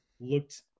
Looked